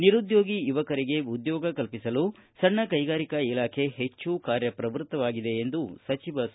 ನಿರುದ್ಯೋಗಿ ಯುವಕರಿಗೆ ಉದ್ಯೋಗ ಕಲ್ಪಿಸಲು ಸಣ್ಣ ಕೈಗಾರಿಕಾ ಇಲಾಖೆ ಹೆಚ್ಚು ಕಾರ್ಯಪ್ರವೃತ್ತವಾಗಿದೆ ಎಂದು ಸಚಿವ ಸಿ